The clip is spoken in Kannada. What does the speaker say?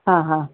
ಹಾಂ ಹಾಂ